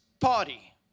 party